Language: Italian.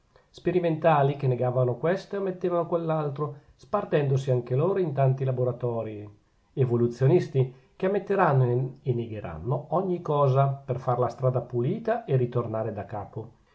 sperimentali che negavano questo e ammettevano quell'altro spartendosi anche loro in tanti laboratorii evoluzionisti che ammetteranno e negheranno ogni cosa per far la strada pulita e ritornare da capo